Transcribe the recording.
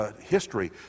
history